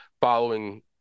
following